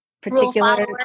particular